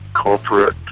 corporate